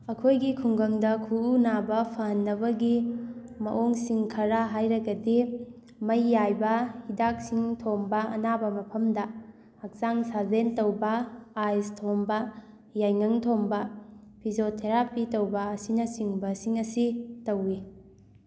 ꯑꯩꯈꯣꯏꯒꯤ ꯈꯨꯡꯒꯪꯗ ꯈꯨꯎ ꯅꯥꯕ ꯐꯍꯟꯅꯕꯒꯤ ꯃꯑꯣꯡꯁꯤꯡ ꯈꯔ ꯍꯥꯏꯔꯒꯗꯤ ꯃꯩ ꯌꯥꯏꯕ ꯍꯤꯗꯥꯛꯁꯤꯡ ꯊꯣꯝꯕ ꯑꯅꯥꯕ ꯃꯐꯝꯗ ꯍꯛꯆꯥꯡ ꯁꯥꯖꯦꯜ ꯇꯧꯕ ꯑꯥꯏꯁ ꯊꯣꯝꯕ ꯌꯥꯏꯉꯪ ꯊꯣꯝꯕ ꯐꯤꯖꯣꯊꯦꯔꯥꯄꯤ ꯇꯧꯕ ꯑꯁꯤꯅꯆꯤꯡꯕꯁꯤꯡ ꯑꯁꯤ ꯇꯧꯋꯤ